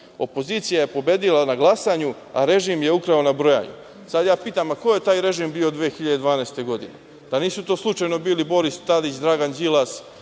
opozicija je pobedila na glasanju, a režim je ukrao na brojanju. Sada ja pitam - a ko je taj režim bio 2012. godine? Da nisu to slučajno bili Boris Tadić, Dragan Đilas,